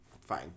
fine